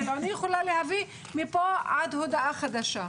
אני יכולה להביא מפה עד הודעה חדשה.